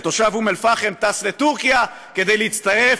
כשתושב אום אלפחם טס לטורקיה כדי להצטרף